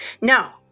Now